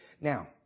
Now